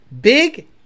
big